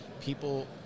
people